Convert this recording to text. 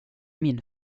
min